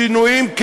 שינויים,